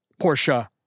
Porsche